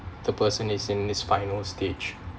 the person is in his final stage